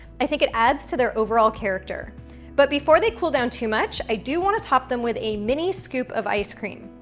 i think it adds to their overall character but before they cool down too much, i do want to top them with a mini scoop of ice cream.